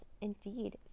Indeed